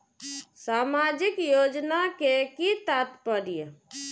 सामाजिक योजना के कि तात्पर्य?